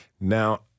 Now